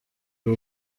ari